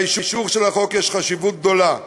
לאישור של החוק יש חשיבות גדולה.